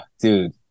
dude